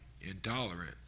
intolerant